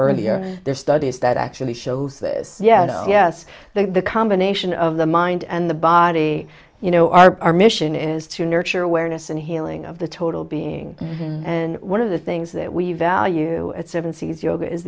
earlier there are studies that actually shows this yes yes that the combination of the mind and the body you know our mission is to nurture awareness and healing of the total being and one of the things that we value at seven seas yoga is